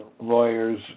lawyers